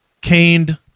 caned